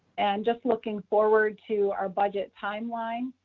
and just looking forward to our budget timeline,